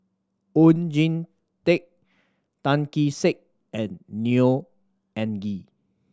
Oon Jin Teik Tan Kee Sek and Neo Anngee